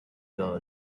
girl